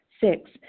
Six